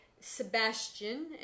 Sebastian